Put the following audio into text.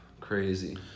crazy